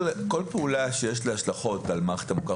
כל פעולה שיש לה השלכות על מערכת המוכר